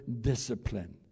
discipline